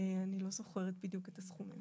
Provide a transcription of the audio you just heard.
אני לא זוכרת בדיוק את הסכומים.